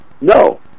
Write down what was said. No